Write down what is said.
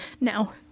now